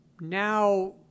Now